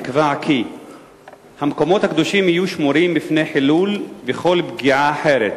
נקבע כי המקומות הקדושים יהיו שמורים מפני חילול וכל פגיעה אחרת